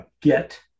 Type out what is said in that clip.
get